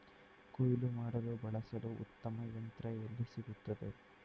ಕುಯ್ಲು ಮಾಡಲು ಬಳಸಲು ಉತ್ತಮ ಯಂತ್ರ ಎಲ್ಲಿ ಸಿಗುತ್ತದೆ?